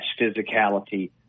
physicality